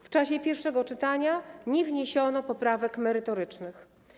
W czasie pierwszego czytania nie wniesiono poprawek merytorycznych.